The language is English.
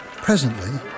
Presently